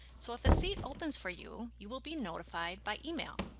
so if a seat opens for you, you will be notified by email.